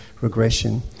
regression